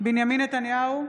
בנימין נתניהו,